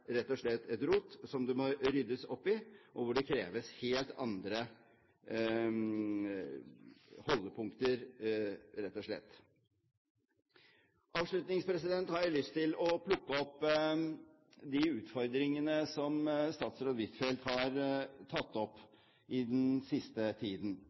rett og slett et rot som det må ryddes opp i, og hvor det kreves helt andre holdepunkter, rett og slett. Avslutningsvis har jeg lyst til å plukke opp de utfordringene som statsråd Huitfeldt har tatt opp i den siste tiden.